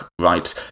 right